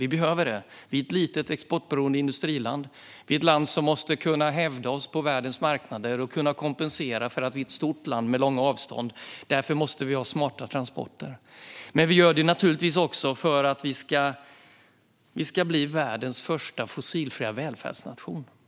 Vi behöver det; vi är ett litet, exportberoende industriland som måste kunna hävda oss på världens marknader. Vi måste också kunna kompensera för att vi är ett stort land med långa avstånd. Därför måste vi ha smarta transporter. Vi gör det naturligtvis också för att vi ska bli världens första fossilfria välfärdsnation.